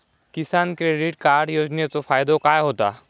किसान credit card योजनेचो फायदो काय होता?